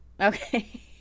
Okay